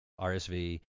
rsv